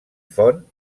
font